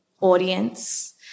audience